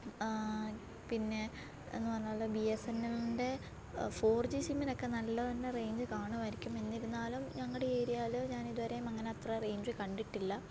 പിന്നേ എന്ന് പറഞ്ഞാൽ ബി എസ് എന്നലിൻ്റെ ഫോർ ജി സിമ്മിനൊക്കെ നല്ലത് തന്നെ റേയിൻജ് കാണുമായിരിക്കും എന്നിരുന്നാലും ഞങ്ങളുടെ ഏരിയയിൽ ഞാൻ ഇതുവരെയും അങ്ങനെ അത്ര റേയിൻജ് കണ്ടിട്ടില്ല